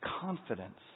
confidence